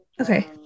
Okay